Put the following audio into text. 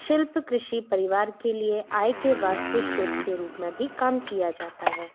शिल्प कृषि परिवार के लिए आए के वास्तु श्रोत के रूप में भी काम किया जाता है